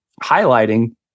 highlighting